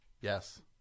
Yes